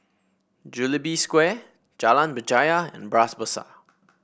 Jubilee Square Jalan Berjaya and Bras Basah